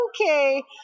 okay